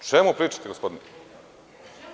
O čemu pričate gospodine?